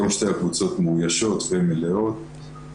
כיום שתי הקבוצות מאוישות, שתיהן מלאות,